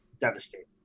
devastating